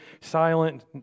silent